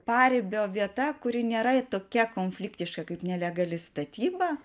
paribio vieta kuri nėra tokia konfliktiška kaip nelegali statyba